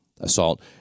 assault